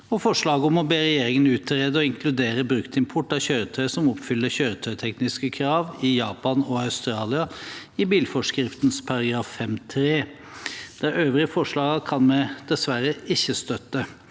og forslaget om å be regjeringen utrede å inkludere bruktimport av kjøretøy som oppfyller kjøretøytekniske krav i Japan og Australia, i bilforskriften § 5-3. De øvrige forslagene kan vi dessverre ikke støtte.